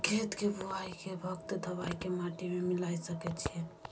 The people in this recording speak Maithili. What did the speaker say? खेत के बुआई के वक्त दबाय के माटी में मिलाय सके छिये?